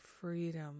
freedom